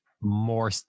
more